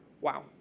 Wow